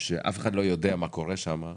כשאף אחד לא יודע מה קורה שם,